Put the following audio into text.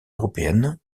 européenne